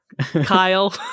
Kyle